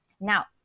Now